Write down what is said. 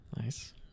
Nice